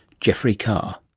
geoffrey carr.